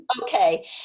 okay